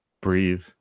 breathe